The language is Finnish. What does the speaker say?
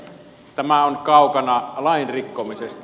tämä on kaukana lain rikkomisesta